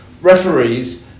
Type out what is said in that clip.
referees